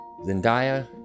Zendaya